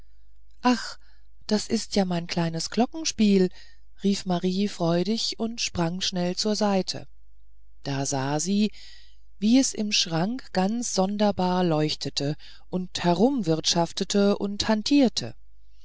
ach das ist ja mein kleines glockenspiel rief marie freudig und sprang schnell zur seite da sah sie wie es im schrank ganz sonderbar leuchtete und herumwirtschaftete und hantierte